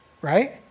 right